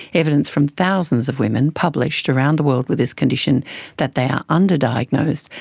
evidence from thousands of women published around the world with this condition that they are under-diagnosed,